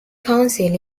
council